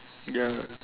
ya